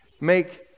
Make